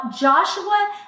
Joshua